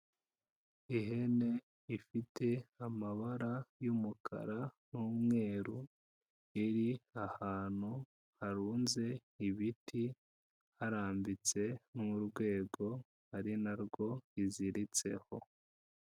Ihene ifite amabara y'umukara n'umweru, iri ahantu harunze ibiti, harambitse n'urwego ari narwo iziritseho.